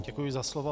Děkuji za slovo.